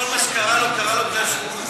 כל מה שקרה לו קרה לו בגלל שהוא, פיגוע.